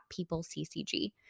PeopleCCG